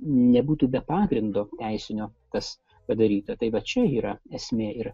nebūtų be pagrindo teisinio tas padaryta tai va čia yra esmė ir